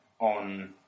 on